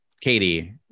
Katie